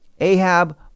Ahab